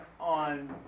on